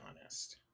honest